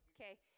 okay